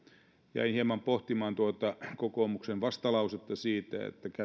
jäin hieman pohtimaan tuota kokoomuksen vastalausetta siitä että ne